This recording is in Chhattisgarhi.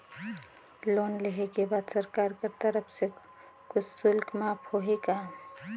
लोन लेहे के बाद सरकार कर तरफ से कुछ शुल्क माफ होही का?